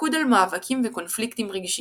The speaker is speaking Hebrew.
- מיקוד על מאבקים וקונפליקטים רגשיים.